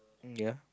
ya